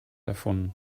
erfunden